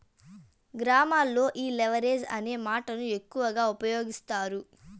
గ్రామాల్లో ఈ లెవరేజ్ అనే మాటను ఎక్కువ ఉపయోగిస్తారు